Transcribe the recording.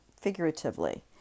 figuratively